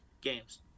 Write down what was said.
games